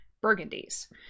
Burgundies